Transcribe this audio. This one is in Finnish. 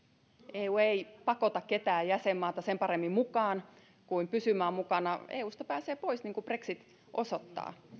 eu ei pakota ketään jäsenmaata sen paremmin mukaan kuin pysymään mukana eusta pääsee pois niin kuin brexit osoittaa